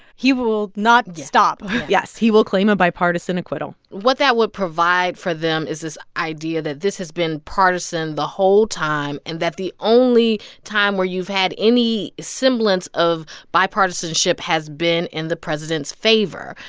he will not stop yes, he will claim a bipartisan acquittal what that would provide for them is this idea that this has been partisan the whole time and that the only time where you've had any semblance of bipartisanship has been in the president's favor.